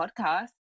Podcast